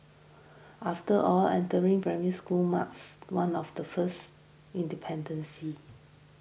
after all entering Primary School marks one of the first